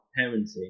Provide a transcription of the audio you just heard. parenting